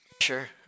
Sure